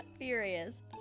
furious